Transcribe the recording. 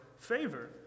favor